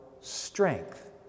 strength